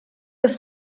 des